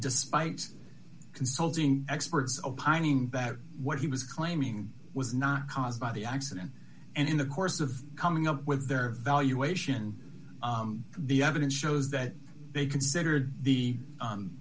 despite consulting experts opining that what he was claiming was not caused by the accident and in the course of coming up with their valuation the evidence shows that they considered the